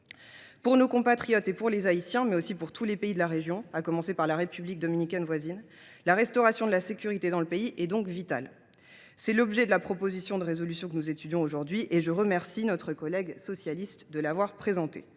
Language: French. Pour nos compatriotes comme pour les Haïtiens, mais également pour l’ensemble des pays de la région, à commencer par la République dominicaine voisine, la restauration de la sécurité dans le pays constitue donc un enjeu vital. Tel est précisément l’objet de la proposition de résolution que nous examinons aujourd’hui ; je remercie notre collègue socialiste de l’avoir présentée.